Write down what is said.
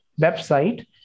website